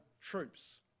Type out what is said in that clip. troops